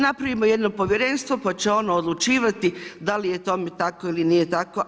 Napravimo jedno povjerenstvo pa će ono odlučivati da li je tome tako ili nije tako.